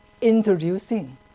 introducing